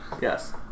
Yes